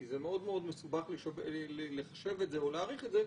כי זה מאוד מאוד מסובך לחשב או להעריך את זה".